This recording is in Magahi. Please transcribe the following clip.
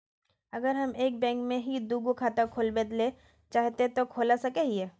अगर हम एक बैंक में ही दुगो खाता खोलबे ले चाहे है ते खोला सके हिये?